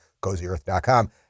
CozyEarth.com